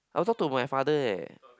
I will talk to my father eh